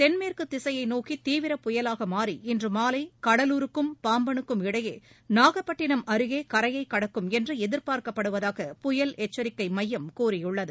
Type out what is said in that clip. தென்மேற்கு திசையை நோக்கி தீவிரப் புயலாக மாறி இன்று மாலை கடலூருக்கும் பாம்பனுக்கும் இடையே நாகப்பட்டிணம் அருகே கரையை கடக்கும் என்று எதிர்பார்க்கப்படுவதாக புயல் எச்சரிக்கை மையம் கூறியுள்ளது